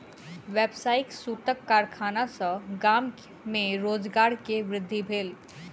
व्यावसायिक सूतक कारखाना सॅ गाम में रोजगार के वृद्धि भेल